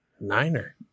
niner